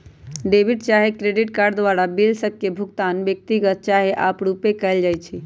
debit चाहे credit card द्वारा bill सभ के भुगतान व्यक्तिगत चाहे आपरुपे कएल जाइ छइ